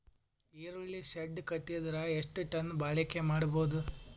ಈರುಳ್ಳಿ ಶೆಡ್ ಕಟ್ಟಿದರ ಎಷ್ಟು ಟನ್ ಬಾಳಿಕೆ ಮಾಡಬಹುದು?